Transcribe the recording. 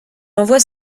envoie